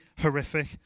horrific